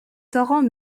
torrents